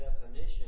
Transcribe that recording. definition